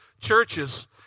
churches